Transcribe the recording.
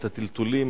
את הטלטולים,